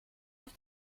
auf